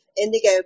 indigo